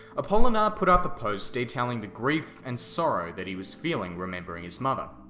apolinar put up a post detailing the grief and sorrow that he was feeling, remembering his mother.